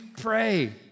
pray